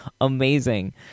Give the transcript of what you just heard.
amazing